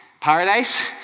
Paradise